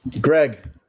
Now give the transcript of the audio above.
Greg